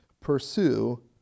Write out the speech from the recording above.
Pursue